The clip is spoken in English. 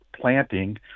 planting